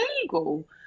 illegal